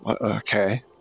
Okay